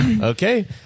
Okay